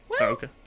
Okay